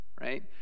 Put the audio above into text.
right